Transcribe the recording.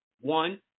one